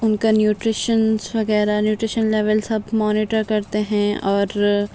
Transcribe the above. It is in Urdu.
ان کا نیٹریشنس وغیرہ نیٹریشن لیولس سب مانیٹر کرتے ہیں اور